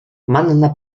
manna